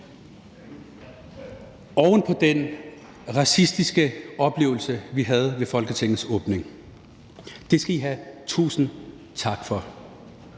oven på den racistiske oplevelse, vi havde ved Folketingets åbning. Det skal I have tusind tak for.